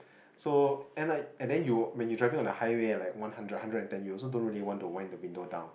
so and I and then you when you're driving on the highway like one hundred hundred and ten U you also don't really want to wind the window down